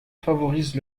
favorise